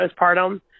postpartum